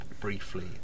briefly